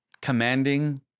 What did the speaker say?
commanding